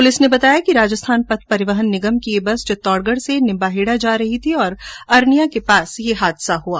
police ने बताया कि राजस्थान पथ परिवहन निगम की यह बस चित्तौड़गढ से निम्बाहेड़ा जा रही थी कि अरनिया के पास ये हादसा हुआ